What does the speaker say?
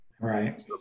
right